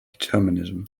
determinism